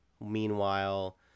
Meanwhile